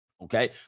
Okay